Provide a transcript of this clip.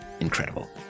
incredible